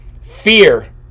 fear